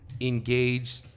engage